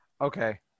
Okay